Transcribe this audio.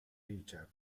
richard